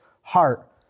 heart